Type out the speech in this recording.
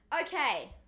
okay